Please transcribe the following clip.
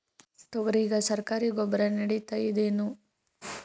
ತೊಗರಿಗ ಸರಕಾರಿ ಗೊಬ್ಬರ ನಡಿತೈದೇನು?